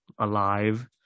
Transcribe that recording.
alive